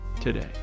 today